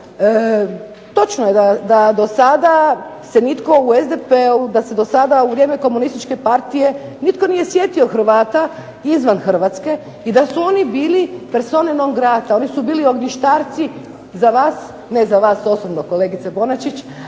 Točno je da do sada se nitko u SDP-u, da se do sada u vrijeme komunističke partije nitko nije sjetio Hrvata izvan Hrvatske i da su oni bili persone non grata. Oni su bili ognjištarci za vas, ne za vas osobno kolegice Bonačić,